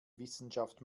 wissenschaft